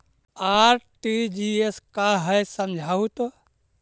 RTGS का है समझाहू तो?